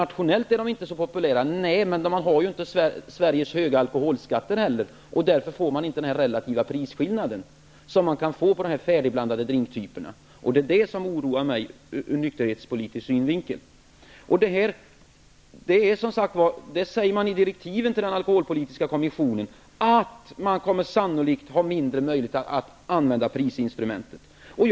Karin Pilsäter säger att de inte är så populära internationellt. Nej, det kan så vara, men utomlands har man inte heller Sveriges höga alkoholskatter. Man får då inte den relativa prisskillnaden som man kan uppnå här med färdigblandade drinkar. Detta oroar mig ur nykterhetspolitisk synvinkel. Det sägs i direktiven till den alkoholpolitiska kommissionen att man sannolikt kommer att få mindre möjligheter att använda prisinstrumentet.